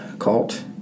cult